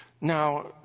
Now